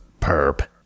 perp